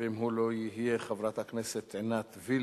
אם הוא לא יהיה, חברת הכנסת עינת וילף,